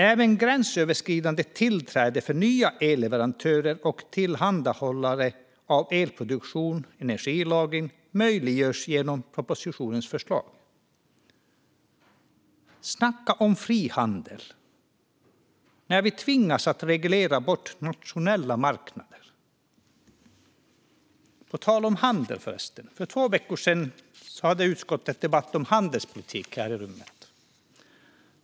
Även gränsöverskridande tillträde för nya elleverantörer och tillhandahållare av elproduktion och energilagring möjliggörs genom propositionens förslag. Snacka om frihandel när vi tvingas att reglera bort nationella marknader! På tal om handel, förresten: För två veckor sedan hade utskottet debatt om handelspolitik här i rummet.